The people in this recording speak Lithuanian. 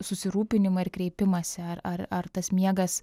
susirūpinimą ir kreipimąsi ar ar ar tas miegas svarbus